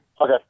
Okay